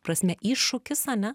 prasme iššūkis ane